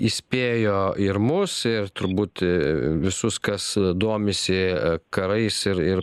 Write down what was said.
įspėjo ir mus ir turbūt visus kas domisi karais ir ir